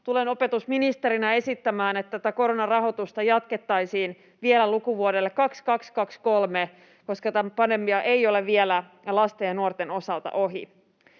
Tulen opetusministerinä esittämään, että tätä koronarahoitusta jatkettaisiin vielä lukuvuodelle 22—23, koska tämä pandemia ei ole vielä lasten ja nuorten osalta ohi.